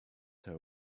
her